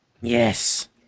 Yes